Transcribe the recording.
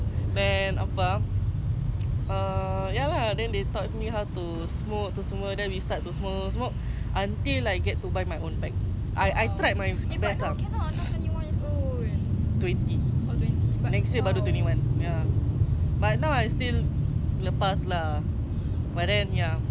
man apa ah err ya lah then they taught me how to smoke then we start to smoke smoke until I get to buy my own pack I tried my best twenty next year baru twenty one ya but now I still lepas lah but then ya